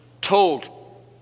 told